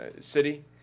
city